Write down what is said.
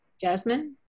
jasmine